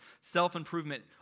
self-improvement